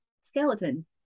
skeleton